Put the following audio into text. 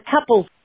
couples